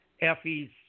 Effie's